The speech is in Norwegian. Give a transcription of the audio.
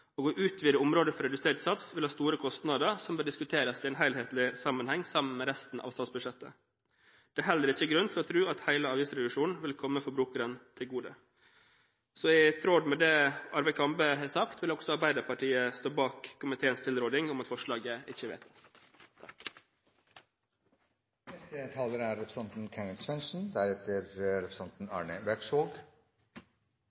og å utvide området for redusert sats vil ha store kostnader som bør diskuteres i en helhetlig sammenheng sammen med resten av statsbudsjettet. Det er heller ikke grunn til å tro at hele avgiftsreduksjonen vil komme forbrukeren til gode. Så i tråd med det som Arve Kambe har sagt, vil også Arbeiderpartiet stå bak komiteens tilråding om at forslaget ikke vedtas.